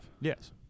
Yes